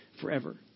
forever